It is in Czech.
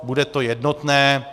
Bude to jednotné.